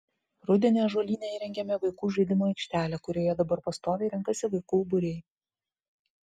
rudenį ąžuolyne įrengėme vaikų žaidimų aikštelę kurioje dabar pastoviai renkasi vaikų būriai